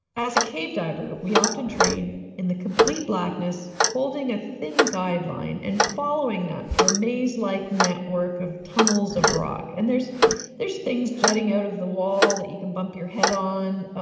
as a cave diver, we often train in the complete blackness, holding a thin guide line and following that through a maze-like like network of tunnels of rock. and there's there's things jutting out of the wall that you can bump your head on.